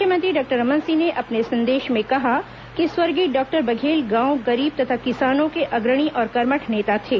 मुख्यमंत्री डॉक्टर रमन सिंह ने अपने संदेश में कहा है कि स्वर्गीय डॉक्टर बघेल गांव गरीब तथा किसानों के अग्रणी और कर्मठ नेता थे